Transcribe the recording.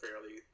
fairly